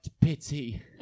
pity